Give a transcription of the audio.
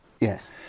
Yes